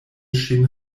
ŝin